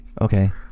Okay